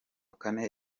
kane